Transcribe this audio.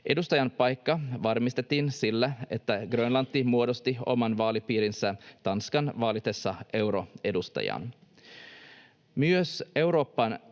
Edustajanpaikka varmistettiin sillä, että Grönlanti muodosti oman vaalipiirinsä Tanskan valitessa euroedustajiaan. Myös Euroopan